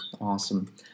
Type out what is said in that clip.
Awesome